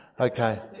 Okay